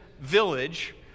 village